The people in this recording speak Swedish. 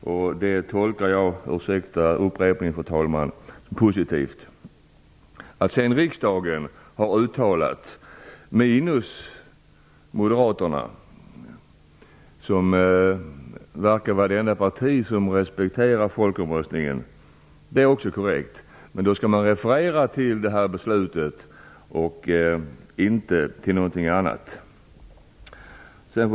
Jag tolkar det positivt. Att moderaterna verkar vara det enda parti som respekterar folkomröstningen är också korrekt. Men då skall man referera till detta beslut och inte till något annat. Fru talman!